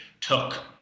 took